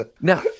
Now